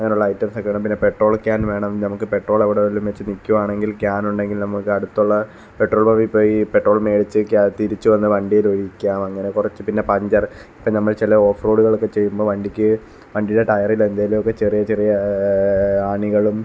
അങ്ങനെയുള്ള ഐറ്റംസൊക്കെ വേണം പിന്നെ പെട്രോൾ ക്യാൻ വേണം നമുക്ക് പെട്രോൾ അവിടെ എവിടേലും വെച്ച് നിൽക്കുവാണെങ്കിൽ ക്യാൻ ഉണ്ടെങ്കിൽ നമുക്ക് അടുത്തുള്ള പെട്രോൾ പമ്പിൽ പോയി പെട്രോൾ മേടിച്ച് ക്യാ തിരിച്ച് വന്ന് വണ്ടിയിൽ ഒഴിക്കാം അങ്ങനെ കുറച്ച് പിന്നെ പഞ്ചർ ഇപ്പോൾ നമ്മൾ ചില ഓഫ്റോഡുകളൊക്കെ ചെയ്യുമ്പോൾ വണ്ടിക്ക് വണ്ടിയുടെ ടയറിൽ എന്തേലുവൊക്കെ ചെറിയ ചെറിയ ആണികളും